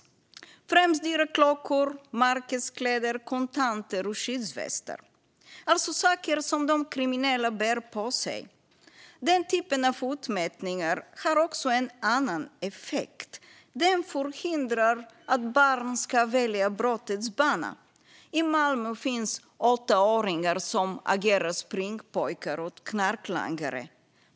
Det är främst dyra klockor, märkeskläder, kontanter och skyddsvästar. Det är saker som de kriminella bär på sig. Den typen av utmätningar har också en annan effekt. De förhindrar barn att välja brottets bana. I Malmö finns åttaåringar som agerar springpojkar åt knarklangare.